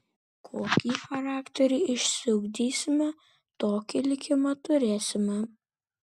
kokį charakterį išsiugdysime tokį likimą turėsime